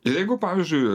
ir jeigu pavyzdžiui